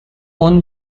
own